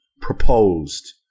proposed